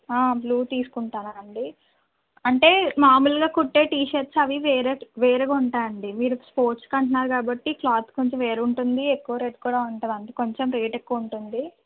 blue తీసుకుంటారా అండి అంటే మాములుగా కుట్టే టీషర్ట్స్ అవి వేరే వేరుగా ఉంటాయి అండి మీరు స్పోర్ట్స్కి అంటున్నారు కాబట్టి క్లాత్ కొంచెం వేరు ఉంటుంది ఎక్కువ రేటు కూడా ఉంటుంది కొంచెం రేటు ఎక్కువ ఉంటుంది